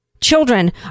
Children